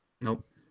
Nope